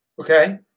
Okay